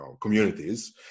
communities